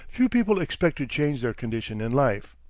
few people expect to change their condition in life.